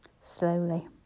Slowly